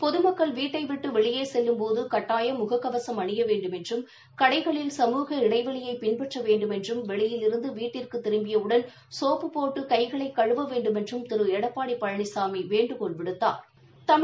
பொதுமக்கள் வீட்டைவிட்டு வெளியே செல்லும்போது கட்டாயம் முக கவசம் அணிய வேண்டுமென்றும் கடைகளில் சமூக இடைவெளியை பின்பற்ற வேண்டுமென்றும் வெளியிலிருந்து வீட்டிற்கு திரும்பியுவுடன் சோப்புப் போட்டு கை களை கழுவ வேண்டுமென்றும் திரு எடப்பாடி பழனிசாமி வேண்டுகோள் விடுத்தாா்